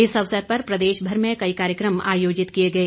इस अवसर पर प्रदेशभर में कई कार्यक्रम आयोजित किए गए